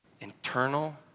Internal